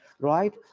right